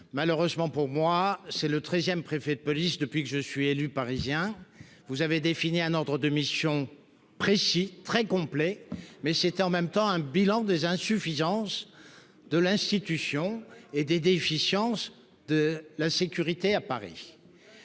malheureusement pour moi, c'est le treizième depuis que je suis élu parisien. Vous avez défini un ordre de mission précis, très complet, qui est en même temps un bilan des insuffisances de l'institution et des déficiences de la sécurité à Paris.